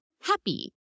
happy